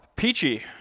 Peachy